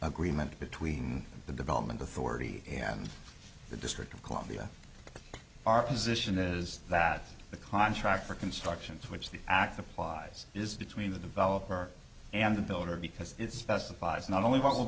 agreement between the development authority and the district of columbia our position is that the contract for construction for which the act applies is between the developer and the builder because it specifies not only will